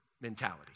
mentality